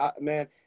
man